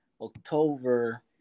October